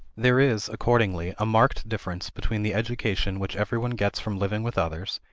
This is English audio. there is, accordingly, a marked difference between the education which every one gets from living with others,